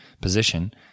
position